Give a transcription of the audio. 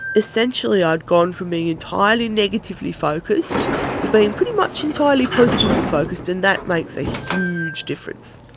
essentially i had gone from being entirely negatively focused to being pretty much entirely positively focused, and that makes a huge difference.